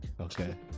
okay